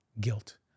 guilt